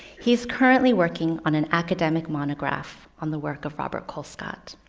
he's currently working on an academic monograph on the work of robert colescott.